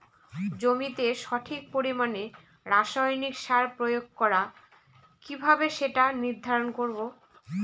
জমিতে সঠিক পরিমাণে রাসায়নিক সার প্রয়োগ করা কিভাবে সেটা নির্ধারণ করব?